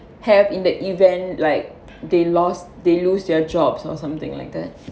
have in the event like they lost they lose their jobs or something like that